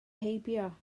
heibio